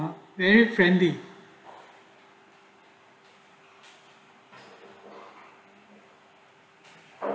very friendly